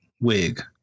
wig